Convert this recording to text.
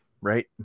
right